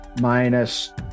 minus